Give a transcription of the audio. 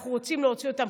אנחנו רוצים להוציא אותם,